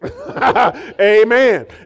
Amen